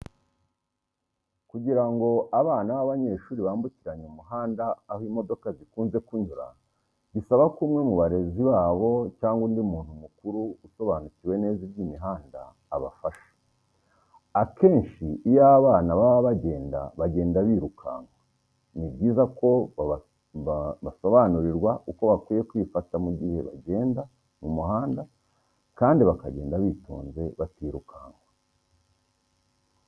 Kugira ngo abana b'abanyeshuri bambukiranye umuhanda aho imodoka zikunze kunyura bisaba ko umwe mu barezi babo cyangwa undi muntu mukuru usobanukiwe neza iby'imihanda. Akenshi iyo abana baba bagenda bagenda birukanka ni byiza ko basobanurirwa uko bakwiriye kwifata mu gihe bagenda mu muhanda kandi bakagenda bitonze birukanka.